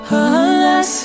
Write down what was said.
alas